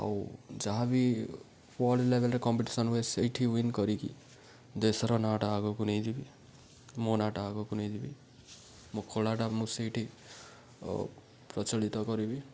ଆଉ ଯାହାବି ୱାର୍ଲଡ଼ ଲେଭେଲ୍ରେ କମ୍ପିଟିସନ୍ ହୁଏ ସେଇଠି ୱିନ୍ କରିକି ଦେଶର ନାଁଟା ଆଗକୁ ନେଇଯିବି ମୋ ନାଁଟା ଆଗକୁ ନେଇଯିବି ମୋ କଳାଟା ମୁଁ ସେଇଠି ପ୍ରଚଳିତ କରିବି